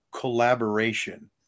collaboration